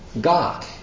God